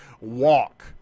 walk